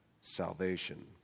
salvation